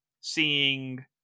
seeing